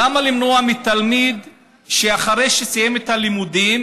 למה למנוע מתלמיד שאחרי שסיים את הלימודים